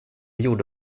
gjorde